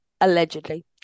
Allegedly